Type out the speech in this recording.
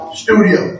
studio